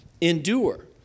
endure